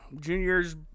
Junior's